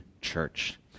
church